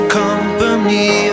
company